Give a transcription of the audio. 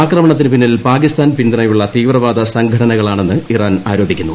ആക്രമണത്തിന് പിന്നിൽ പാകിസ്ഥാൻ പിന്തുണയുള്ള തീവ്രവാദ സംഘടനകളാണെന്ന് ഇറാൻ ആരോപിക്കുന്നു